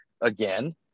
again